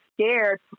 scared